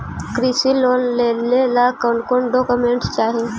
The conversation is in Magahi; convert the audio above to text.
कृषि लोन लेने ला कोन कोन डोकोमेंट चाही?